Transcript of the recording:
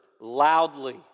loudly